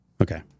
Okay